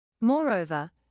Moreover